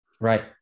Right